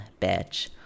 bitch